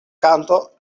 kanto